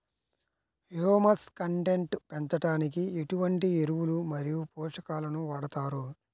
Humus content పెంచడానికి ఎటువంటి ఎరువులు మరియు పోషకాలను వాడతారు?